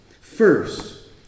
First